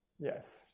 Yes